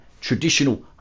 traditional